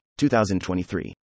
2023